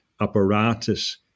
apparatus